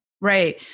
Right